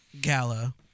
gala